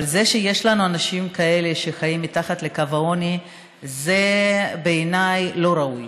אבל זה שיש לנו אנשים כאלה שחיים מתחת לקו העוני זה בעיניי לא ראוי,